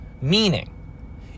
Meaning